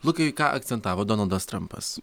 lukai ką akcentavo donaldas trampas